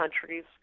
countries